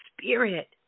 spirit